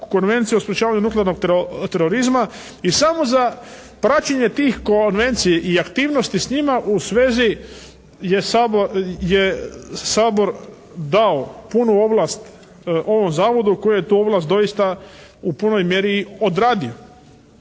Konvenciju o sprječavanju nuklearnog terorizma i samo za praćenje tih konvencija i aktivnosti s njima u svezi je Sabor dao punu ovlast ovom zavodu koju je tu ovlast doista u punoj mjeri odradio.